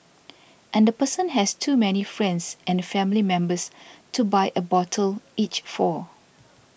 and the person has too many friends and family members to buy a bottle each for